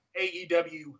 AEW